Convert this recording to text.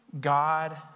God